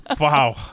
wow